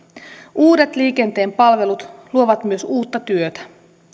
uudet liikenteen palvelut luovat myös uutta työtä